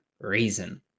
reason